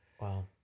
Wow